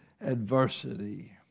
adversity